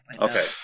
Okay